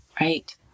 right